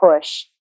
push